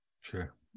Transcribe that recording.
sure